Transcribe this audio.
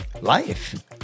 life